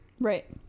right